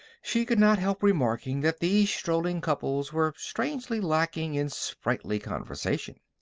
she could not help remarking that these strolling couples were strangely lacking in sprightly conversation.